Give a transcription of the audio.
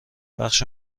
بخش